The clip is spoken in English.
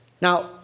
Now